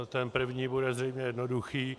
Ten první bude zřejmě jednoduchý.